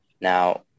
Now